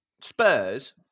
Spurs